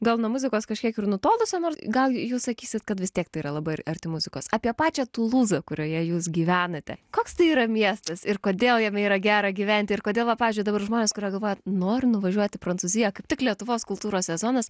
gal nuo muzikos kažkiek ir nutolusio nors gal jūs sakysit kad vis tiek tai yra labai ar arti muzikos apie pačią tulūzą kurioje jūs gyvenate koks tai yra miestas ir kodėl jame yra gera gyventi ir kodėl va pavyzdžiui dabar žmonės kurie galvoja noriu nuvažiuot į prancūziją kaip tik lietuvos kultūros sezonas